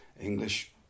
English